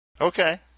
Okay